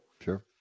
Sure